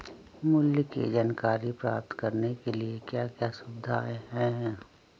मूल्य के जानकारी प्राप्त करने के लिए क्या क्या सुविधाएं है?